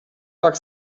tak